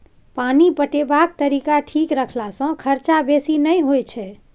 पानि पटेबाक तरीका ठीक रखला सँ खरचा बेसी नहि होई छै